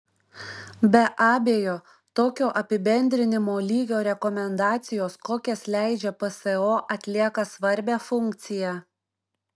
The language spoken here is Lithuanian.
be abejo tokio apibendrinimo lygio rekomendacijos kokias leidžia pso atlieka svarbią funkciją